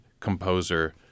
composer